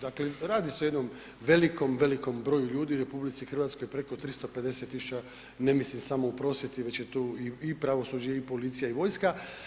Dakle radi se o jednom velikom, velikom broju ljudi u RH, preko 350 000, ne mislim samo u prosvjeti već je tu i pravosuđe i policija i vojska.